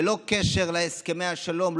ללא קשר להסכמי השלום,